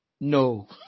No